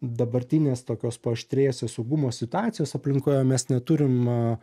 dabartinės tokios paaštrėjusios saugumo situacijos aplinkoje mes neturim